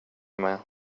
med